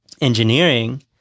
engineering